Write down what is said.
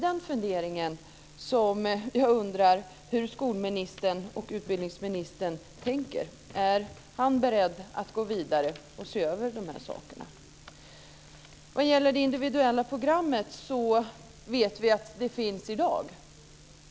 Det är här jag funderar på hur skol och utbildningsministern tänker. Är han beredd att gå vidare och se över de här sakerna? Vad gäller det individuella programmet vet vi att det finns i dag.